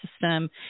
system